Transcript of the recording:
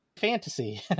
fantasy